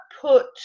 put